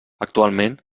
actualment